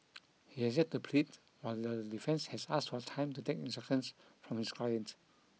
he has yet to plead while the defence has asked for time to take instructions from his client